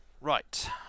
Right